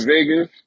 Vegas